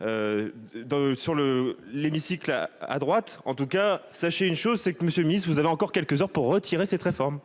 Dans sur le l'hémicycle à à droite en tout cas sachez une chose, c'est que Monsieur miss, vous avez encore quelques heures pour retirer cette réforme.